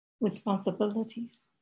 responsibilities